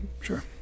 Sure